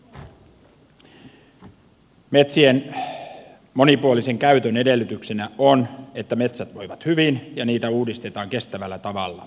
metsien monipuolisen käytön edellytyksenä on että metsät voivat hyvin ja niitä uudistetaan kestävällä tavalla